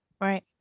Right